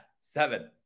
seven